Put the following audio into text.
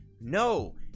no